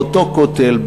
באותו כותל,